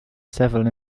several